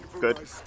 Good